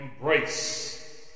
embrace